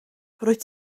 rwyt